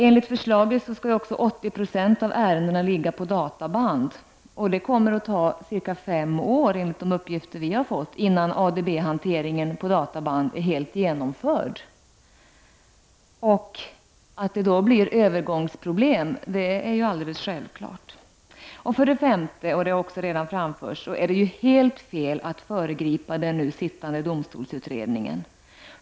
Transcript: Enligt förslaget skulle 80 96 av ärendena ligga på databand, och det kom mer enligt de uppgifter vi har fått att ta cirka fem år innan ADB-hanteringen på databand är helt genomförd. Att det då blir övergångsproblem är alldeles självklart. För det femte är det, som redan har framförts, helt fel att föregripa den nu sittande domstolsutredningen.